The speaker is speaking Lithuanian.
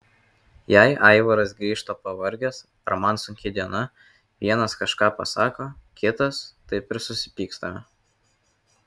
jei aivaras grįžta pavargęs ar man sunki diena vienas kažką pasako kitas taip ir susipykstame